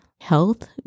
health